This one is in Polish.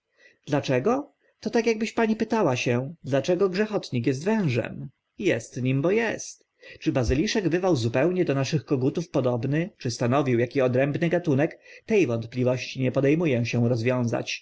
dlaczego to akbyś pani pytała się dlaczego grzechotnik est wężem jest nim bo est czy bazyliszek bywał zupełnie do naszych kogutów podobny czy stanowił aki odrębny gatunek te wątpliwości nie pode mu ę się rozwiązać